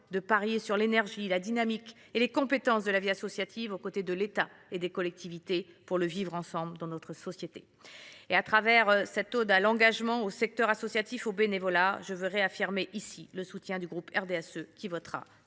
de parier sur l’énergie, le dynamisme et les compétences de la vie associative aux côtés de l’État et des collectivités pour le vivre ensemble dans notre société. À travers cette ode à l’engagement, au secteur associatif et au bénévolat, je vous confirme que le groupe RDSE votera